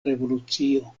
revolucio